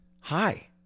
Hi